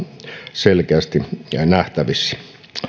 selkeästi nähtävissä